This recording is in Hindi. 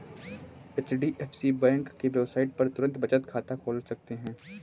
एच.डी.एफ.सी बैंक के वेबसाइट पर तुरंत बचत खाता खोल सकते है